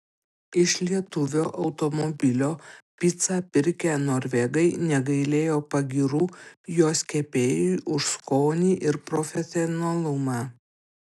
iš lietuvio automobilio picą pirkę norvegai negailėjo pagyrų jos kepėjui už skonį ir profesionalumą